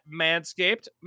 Manscaped